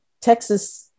Texas